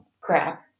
crap